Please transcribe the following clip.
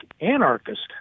anarchist